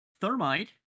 thermite